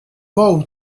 bou